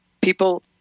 people